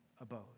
abode